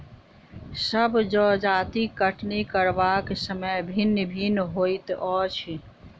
सभ जजतिक कटनी करबाक समय भिन्न भिन्न होइत अछि